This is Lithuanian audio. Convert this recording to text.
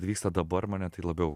vyksta dabar mane tai labiau